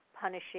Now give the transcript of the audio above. punishing